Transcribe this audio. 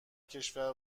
کشور